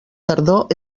tardor